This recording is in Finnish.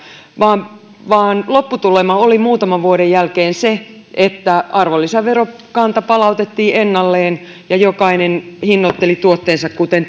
vaan vaan lopputulema oli muutaman vuoden jälkeen se että arvonlisäverokanta palautettiin ennalleen ja jokainen hinnoitteli tuotteensa kuten